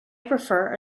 prefer